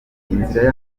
yanyu